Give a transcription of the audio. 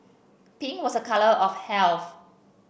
pink was a colour of health